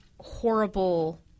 horrible –